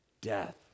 death